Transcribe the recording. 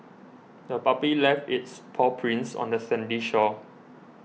the puppy left its paw prints on the sandy shore